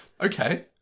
Okay